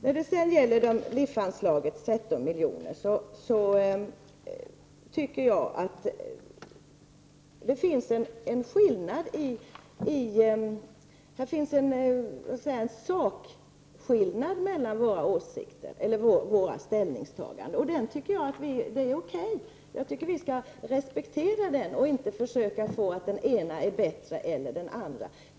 I fråga om LIF-anslaget på 13 milj.kr. tycker jag att det finns en sakskillnad mellan våra ställningstaganden, och det tycker jag är okej. Jag anser att vi skall respektera den skillnaden och inte försöka få det till att det ena eller det andra ställningstagandet är bättre.